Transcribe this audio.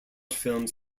films